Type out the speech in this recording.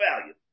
value